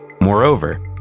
moreover